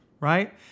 right